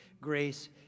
grace